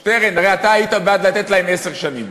שטרן, הרי אתה היית בעד לתת להם עשר שנים.